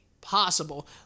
possible